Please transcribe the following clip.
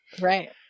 right